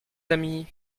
amis